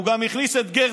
הוא הכניס גם את גרסטל.